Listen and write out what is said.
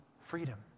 freedom